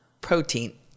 protein